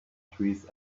trees